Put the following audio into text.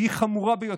והיא חמורה ביותר: